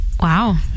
Wow